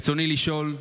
רצוני לשאול: